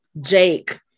Jake